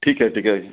ठीक आहे ठीक आहे